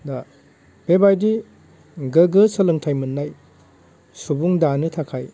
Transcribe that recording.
बा बेबायदि गोग्गो सोलोंथाइ मोननाय सुबुं दानो थाखाय